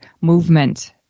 movement